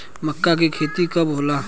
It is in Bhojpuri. मक्का के खेती कब होला?